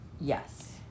Yes